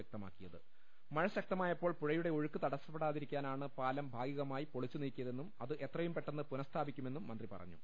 വൃക്തമാക്കിയത് മഴ ശക്തമായപ്പോൾ പുഴയുടെ ഒഴുക്ക് തടസപ്പെടാതിരിക്കാനാണ് പാലം ഭാഗികമായി പൊളിച്ചുനീക്കിയതെന്നും അത് എത്രയും പെട്ടെന്ന് പുനസ്ഥാപിക്കുമെന്നും മന്ത്രി പറഞ്ഞു